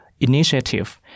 Initiative